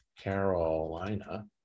Carolina